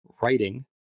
writing